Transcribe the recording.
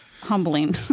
humbling